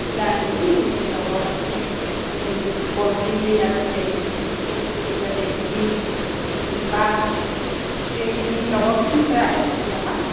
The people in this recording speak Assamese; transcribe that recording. ওলাই মেলি লগৰ বাকী কৰবী আৰু হেৰি এই কি বুলি কয় দেৱী নিপা এইকেজনী লগৰকেইজনী মুঠতে আগত পঢ়ি অহা